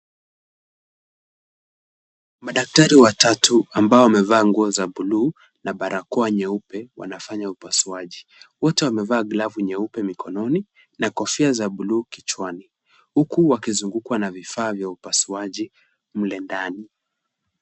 Madaktari watatu ambao wamevaa nguo za buluu na barakoa nyeupe wanafanya upasuaji. Wote wamevaa glavu nyeupe mkononi na kofia za buluu kuchwani uku wakizungukwa na vifaa vya upasuaji mle ndani.